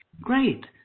great